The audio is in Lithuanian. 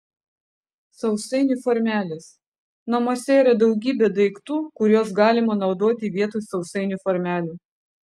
sausainių formelės namuose yra daugybė daiktų kuriuos galima naudoti vietoj sausainių formelių